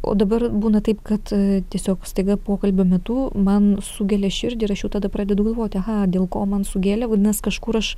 o dabar būna taip kad tiesiog staiga pokalbio metu man sugelia širdį ir aš jau tada pradedu galvoti aha dėl ko man sugėlė vadinas kažkur aš